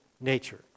nature